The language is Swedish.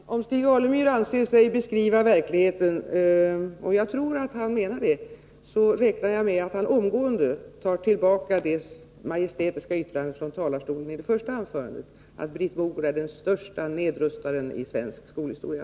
Herr talman! Om Stig Alemyr anser sig beskriva verkligheten — och jag tror att han menar det — räknar jag med att han omgående tar tillbaka det majestätiska yttrandet från talarstolen i det första anförandet, nämligen att Britt Mogård är den största nedrustaren i svensk skolhistoria.